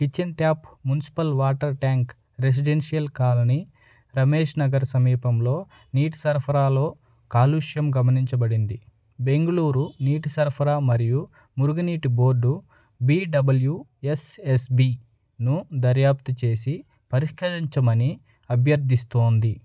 kitchen tap municipal water tank residential colony Ramesh Nagar సమీపంలో నీటి సరఫరాలో కాలుష్యం గమనించబడింది బెంగ్ళూరు నీటి సరఫరా మరియు మురుగునీటి బోర్డు బిడబ్ల్యుఎస్ఎస్బిను దర్యాప్తు చేసి పరిష్కరించమని అభ్యర్థిస్తోంది